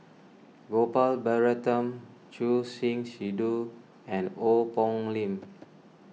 Gopal Baratham Choor Singh Sidhu and Ong Poh Lim